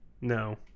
No